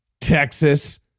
Texas